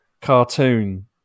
cartoon